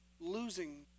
losing